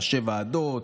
ראשי ועדות.